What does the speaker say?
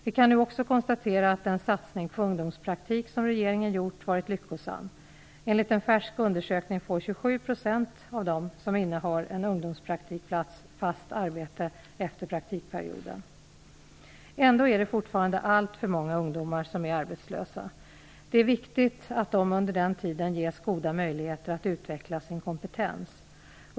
Vi kan nu också konstatera att den satsning på ungdomspraktik som regeringen gjort varit lyckosam. Enligt en färsk undersökning får 27 % av dem som innehar en ungdomspraktikplats fast arbete efter praktikperioden. Ändå är det fortfarande alltför många ungdomar som är arbetslösa. Det är viktigt att de under denna tid ges goda möjligheter att utveckla sin kompetens.